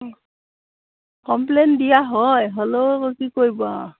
complain দিয়া হয় হ'লেও কি কৰিব আৰু